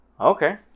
Okay